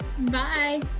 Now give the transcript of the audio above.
Bye